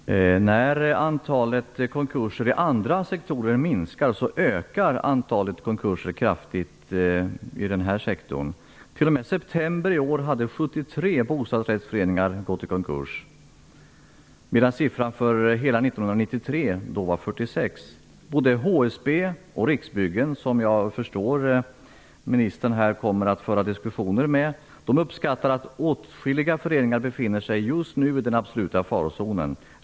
Herr talman! När antalet konkurser i andra sektorer minskar ökar antalet konkurser kraftigt i denna sektor. Fram t.o.m. september i år hade 73 bostadsrättsföreningar gått i konkurs, medan siffran för hela 1993 var 46. Både HSB och Riksbyggen, som jag förstår att ministern kommer att föra diskussioner med, uppskattar att åtskilliga föreningar just nu befinner sig i den absoluta farozonen.